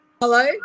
Hello